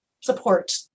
support